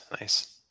Nice